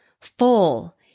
full